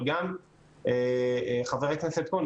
אבל גם ח"כ כהן,